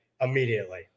immediately